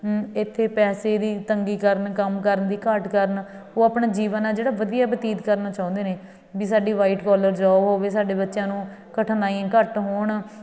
ਇੱਥੇ ਪੈਸੇ ਦੀ ਤੰਗੀ ਕਾਰਨ ਕੰਮ ਕਰਨ ਦੀ ਘਾਟ ਕਾਰਨ ਉਹ ਆਪਣਾ ਜੀਵਨ ਆ ਜਿਹੜਾ ਵਧੀਆ ਬਤੀਤ ਕਰਨਾ ਚਾਹੁੰਦੇ ਨੇ ਵੀ ਸਾਡੀ ਵਾਈਟ ਕੋਲਰ ਜੋਬ ਹੋਵੇ ਸਾਡੇ ਬੱਚਿਆਂ ਨੂੰ ਕਠਿਨਾਈਆਂ ਘੱਟ ਹੋਣ